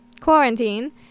quarantine